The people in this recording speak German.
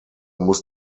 muss